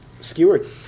skewered